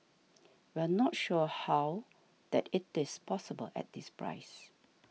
we're not sure how that it is possible at this price